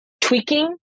tweaking